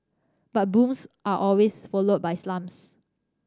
but booms are always followed by slumps